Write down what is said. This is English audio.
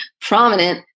prominent